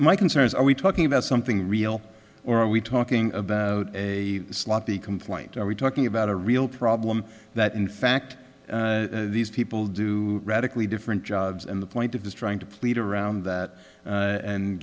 my concerns are we talking about something real or are we talking about a sloppy complaint are we talking about a real problem that in fact these people do radically different jobs and the point of this trying to plead around that